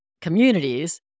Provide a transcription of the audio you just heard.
communities